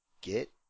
get